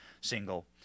single